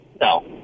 no